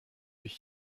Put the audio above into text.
ich